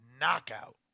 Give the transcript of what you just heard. knockout